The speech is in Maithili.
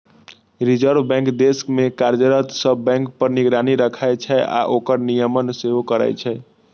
रिजर्व बैंक देश मे कार्यरत सब बैंक पर निगरानी राखै छै आ ओकर नियमन सेहो करै छै